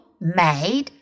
made